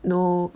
no